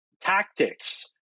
tactics